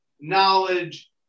knowledge